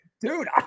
Dude